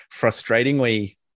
frustratingly